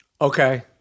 Okay